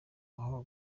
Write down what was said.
aho